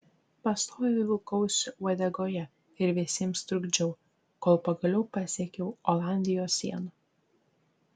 pastoviai vilkausi uodegoje ir visiems trukdžiau kol pagaliau pasiekiau olandijos sieną